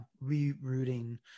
re-rooting